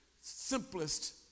simplest